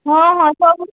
ହଁ ହଁ ସବୁ